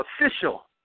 official